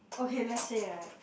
okay let's say right